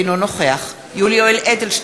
אינו נוכח יולי יואל אדלשטיין,